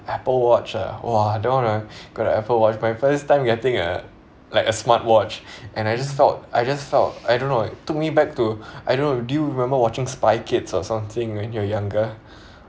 Apple watch ah !wah! that [one] ah got a Apple watch my first time getting a like a smartwatch and I just thought I just thought I don't know took me back to I don't know do you remember watching spy kids or something when you're younger